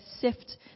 sift